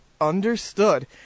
Understood